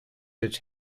its